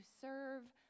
serve